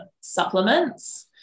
supplements